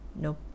Nope